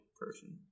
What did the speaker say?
person